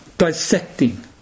dissecting